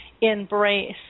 embrace